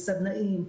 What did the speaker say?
לסדנאים,